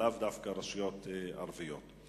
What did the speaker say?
ולאו דווקא רשויות ערביות.